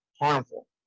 harmful